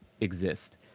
exist